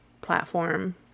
platform